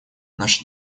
наша